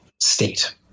state